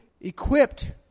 equipped